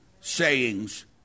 sayings